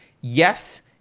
yes